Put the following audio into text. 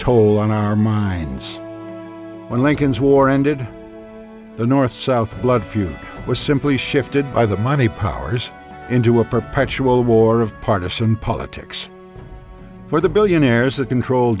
toll on our minds when lincoln's war ended the north south blood feud was simply shifted by the money powers into a perpetual war of partisan politics for the billionaires that control